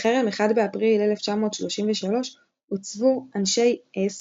" בחרם אחד באפריל 1933 הוצבו אנשי אס